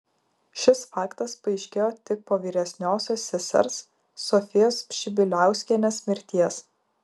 šis faktas paaiškėjo tik po vyresniosios sesers sofijos pšibiliauskienės mirties